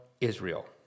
Israel